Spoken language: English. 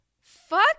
Fuck